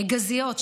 גזיות,